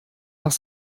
nach